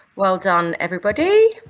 well done everybody.